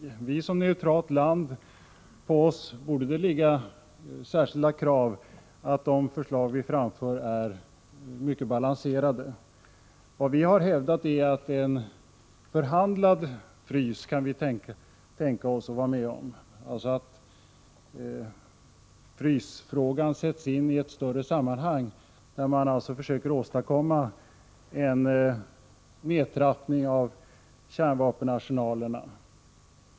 På Sverige som neutralt land borde det ligga särskilda krav på att förslag som framförs är balanserade. Vad vi har hävdat är att vi kan tänka oss vara med om en ”förhandlad frys”, alltså att frysfrågan sätts in i ett större sammanhang, där man försöker åstadkomma en nedtrappning av kärnvapenarsenalerna.